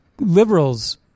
liberals